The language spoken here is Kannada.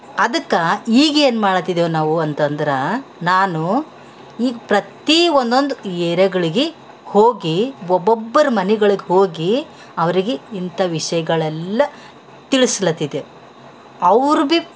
ಅದಕ್ಕೆ ಈಗ ಏನು ಮಾಡತಿದೆವು ನಾವು ಅಂತಂದ್ರೆ ನಾನು ಈಗ ಪ್ರತೀ ಒದೊಂದು ಏರ್ಯಾಗಳಿಗೆ ಹೋಗಿ ಒಬೊಬ್ರ ಮನೆಗಳ್ಗೆ ಹೋಗಿ ಅವ್ರಿಗೆ ಇಂಥ ವಿಷಯಗಳೆಲ್ಲಾ ತಿಳಿಸ್ಲತಿದೆವ್ ಅವ್ರು ಬಿ